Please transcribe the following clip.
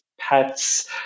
pets